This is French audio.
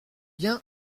bien